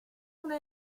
una